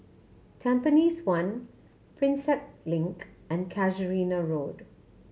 Tampines One Prinsep Link and Casuarina Road